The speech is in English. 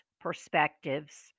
perspectives